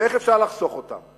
ואיך אפשר לחסוך אותם.